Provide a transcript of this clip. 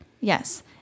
Yes